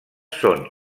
són